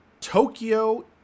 Tokyo